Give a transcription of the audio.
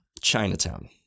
Chinatown